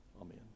Amen